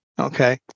Okay